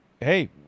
hey